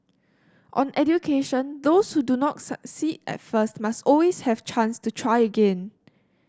on education those who do not succeed at first must always have chance to try again